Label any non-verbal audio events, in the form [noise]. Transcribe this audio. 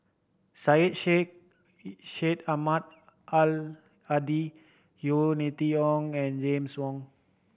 Syed Sheikh [unintelligible] Syed Ahmad Al Hadi Yeo Ni Ti Yong and James Wong